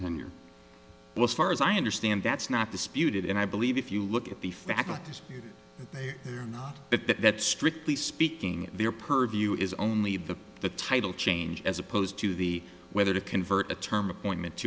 tenure was far as i understand that's not disputed and i believe if you look at the faculties they are not at that strictly speaking their purview is only the the title change as opposed to the whether to convert a term appointment